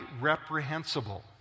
reprehensible